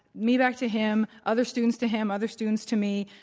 me back to him, other students to him, other students to me.